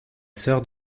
sœur